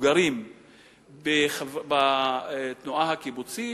המבוגרים בתנועה הקיבוצית